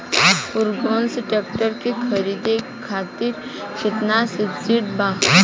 Ferguson tractor के खरीद करे खातिर केतना सब्सिडी बा?